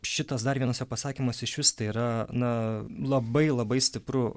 šitas dar vienas jo pasakymas išvis tai yra na labai labai stipru